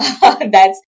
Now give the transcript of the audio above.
thats